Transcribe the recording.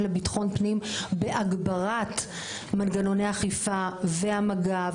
לביטחון פנים בהגברת מנגנוני האכיפה והמג"ב